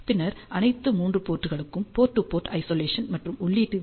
பின்னர் அனைத்து 3 போர்ட்களிக்கும் போர்ட் டு போர்ட் ஐசோலேஷன் மற்றும் உள்ளீடு வி